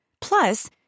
Plus